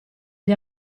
gli